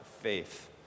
faith